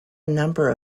number